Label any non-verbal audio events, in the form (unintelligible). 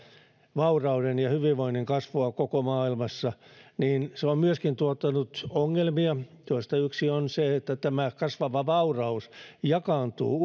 vaurauden ja hyvinvoinnin kasvua koko maailmassa se on myöskin tuottanut ongelmia joista yksi on se että tämä kasvava vauraus jakaantuu (unintelligible)